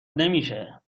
نمیشه